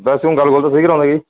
ਵੈਸੇ ਗੱਲ ਗੁਲ ਸਹੀ ਕਰਵਾਉਂਦਾ ਜੀ